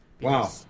Wow